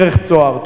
דרך "צהר".